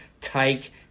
take